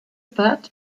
that